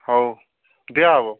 ହଉ ଦିଆ ହେବ